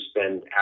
spend